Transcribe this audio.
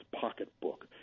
pocketbook